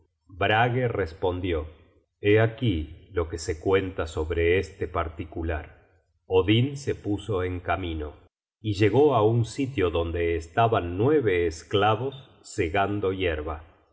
brage respondió hé aquí lo que se cuenta sobre este particu lar odin se puso en camino y llegó á un sitio donde estaban nueve esclavos segando yerba les